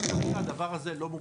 כי כרגע הדבר הזה לא מוגדר ככה.